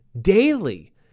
daily